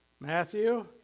Matthew